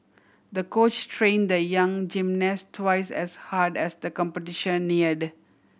the coach train the young gymnast twice as hard as the competition neared